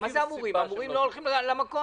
עם "אמורים" לא הולכים למכולת.